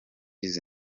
izi